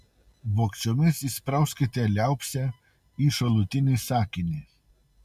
vogčiomis įsprauskite liaupsę į šalutinį sakinį